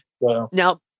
Now